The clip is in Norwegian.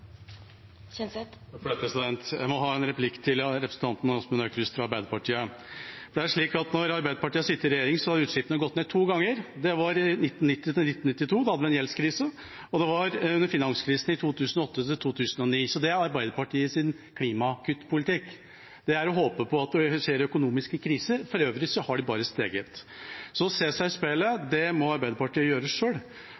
Jeg har en replikk til representanten Åsmund Aukrust fra Arbeiderpartiet. Når Arbeiderpartiet har sittet i regjering, har utslippene gått ned to ganger. Det var fra 1990 til 1992, da hadde vi en gjeldskrise, og det var under finanskrisen fra 2008 til 2009. Det er Arbeiderpartiets klimakuttpolitikk. Det er å håpe på at det skjer økonomiske kriser. For øvrig har de bare steget. Så å se seg i speilet